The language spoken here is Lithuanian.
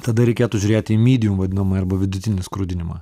tada reikėtų žiūrėti į mydijum vadinamą ir vidutinį skrudinimą